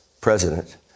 president